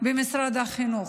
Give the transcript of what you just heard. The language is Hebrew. במשרד החינוך.